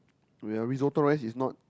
oh yea Risotto rice is not